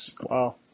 Wow